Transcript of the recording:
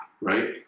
right